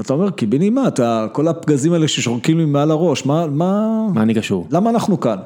אתה אומר קיבינימאט, כל הפגזים האלה ששורקים לי מעל הראש, מה... מה אני קשור? למה אנחנו כאן?